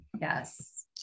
Yes